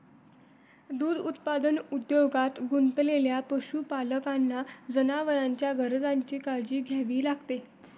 दूध उत्पादन उद्योगात गुंतलेल्या पशुपालकांना जनावरांच्या गरजांची काळजी घ्यावी लागते